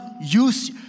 use